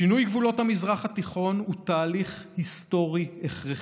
שינוי גבולות המזרח התיכון הוא תהליך היסטורי הכרחי,